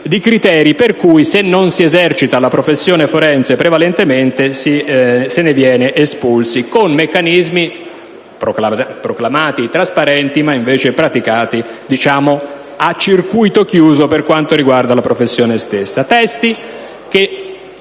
di criteri per cui, se non si esercita la professione forense prevalentemente, se ne viene espulsi con meccanismi che sono stati proclamati trasparenti ma che invece sono praticati «a circuito chiuso» per quanto riguarda la professione stessa. Peraltro,